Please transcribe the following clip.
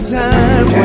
time